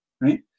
right